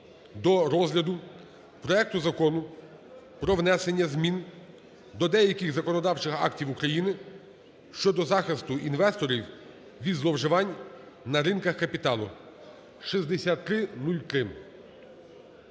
до розгляду проекту Закону про внесення змін до деяких законодавчих актів України щодо захисту інвесторів від зловживань на ринках капіталу. 6303,